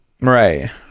Right